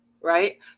right